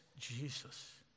Jesus